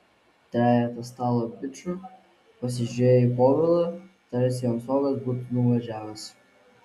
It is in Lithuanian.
trejetas stalo bičų pasižiūrėjo į povilą tarsi jam stogas būtų nuvažiavęs